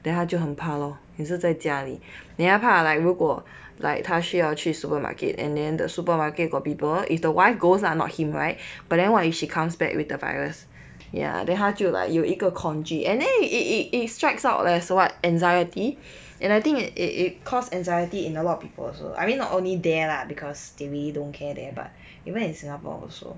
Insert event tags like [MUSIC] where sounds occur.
then 他就很怕 lor 也是在家里 [BREATH] then 他怕 like 如果 [BREATH] like 他需要去 supermarket and then the supermarket got people if the wife goes lah not him right [BREATH] but then what if she comes back with the virus [BREATH] ya then 他就 like 有一个恐惧 and then it it it strikes out leh so what anxiety [BREATH] and I think it it caused anxiety in a lot of people also I mean not only there lah because we really don't care there but even in singapore also